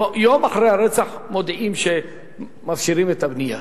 יום אחרי הרצח מודיעים שמפשירים את הבנייה,